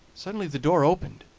suddenly the door opened,